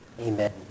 Amen